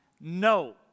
no